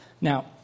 Now